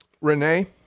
Renee